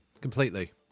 completely